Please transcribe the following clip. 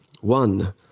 One